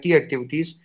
activities